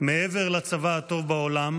מעבר לצבא הטוב בעולם,